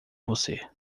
você